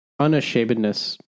unashamedness